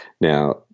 Now